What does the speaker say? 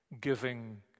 giving